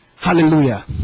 Hallelujah